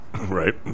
right